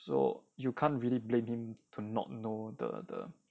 so you can't really blame him to not know the the